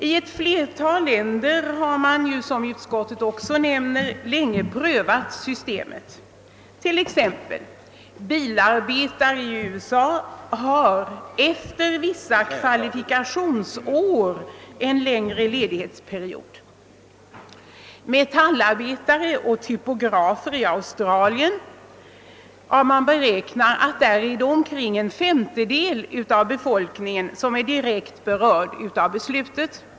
I ett flertal länder har man, vilket utskottet också nämner, länge. prövat systemet. Til exempel bilarbetare i USA har efter vissa kvalifikationsår en längre ledighetsperiod, liksom metallarbetare och typografer i Australien — man beräknar, att där omkring en femtedel av befolkningen är direkt berörd av beslutet.